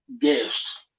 guest